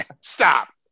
Stop